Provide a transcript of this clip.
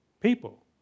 people